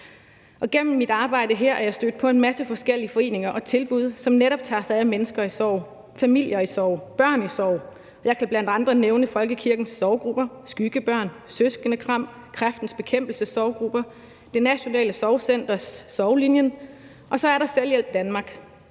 Gennem mit arbejde her er jeg stødt på en masse forskellige foreninger og tilbud, hvor man netop tager sig af mennesker i sorg – familier i sorg, børn i sorg. Jeg kan bl.a. nævne folkekirkens sorggrupper, Skyggebørn, Søskendekram, Kræftens Bekæmpelses sorggrupper, Det Nationale Sorgcenters Sorglinjen, og så er der Selvhjælp Danmark,